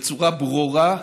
בצורה ברורה,